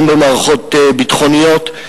גם במערכות ביטחוניות.